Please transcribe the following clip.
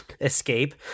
escape